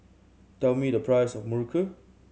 tell me the price of muruku